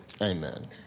Amen